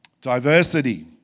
Diversity